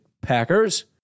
Packers